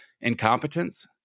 incompetence